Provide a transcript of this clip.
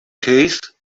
case